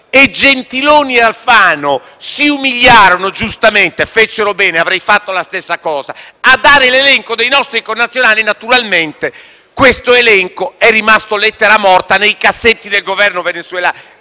giustamente si umiliarono - fecero bene, io avrei fatto la stessa cosa - a dare l'elenco dei nostri connazionali e, naturalmente, quell'elenco è rimasto lettera morta nei cassetti del Governo venezuelano.